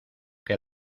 que